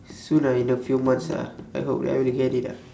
soon ah in a few months ah I hope that I will get it ah